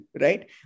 right